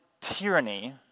tyranny